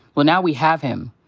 well, now we have him.